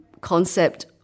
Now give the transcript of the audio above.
concept